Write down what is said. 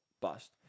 bust